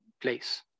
place